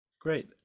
Great